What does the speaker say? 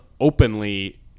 openly